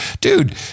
Dude